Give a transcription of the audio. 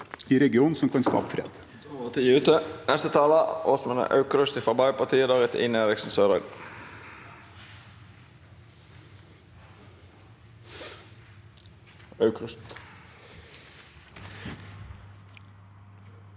i regionen som kan skape fred.